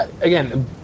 again